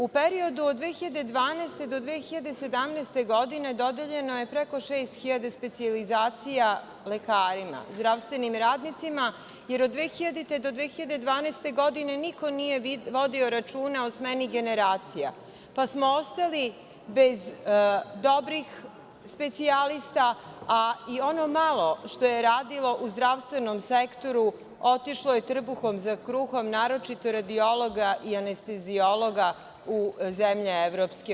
U periodu od 2012. do 2017. godine dodeljeno je preko 6.000 specijalizacija lekarima, zdravstvenim radnicima, jer od 2000. do 2012. godine niko nije vodio računa o smeni generacija, pa smo ostali bez dobrih specijalista, a i ono malo što je radilo u zdravstvenom sektoru otišlo je trbuhom za kruhom, naročito radiologa i anesteziologa u zemlje EU.